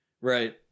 Right